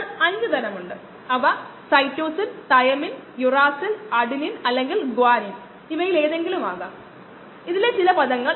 ശരി അവയാണ് വിശദാംശങ്ങൾ ഇവിടെ പ്രധാന കാര്യം കൾച്ചർ ഫ്ലൂറസെൻസ് അല്ലെങ്കിൽ NADH ഫ്ലൂറസെൻസ് പിന്തുടർന്ന് കോശങ്ങളുടെ അളക്കാൻ കഴിയും എന്നതാണ്